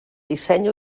disseny